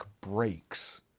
breaks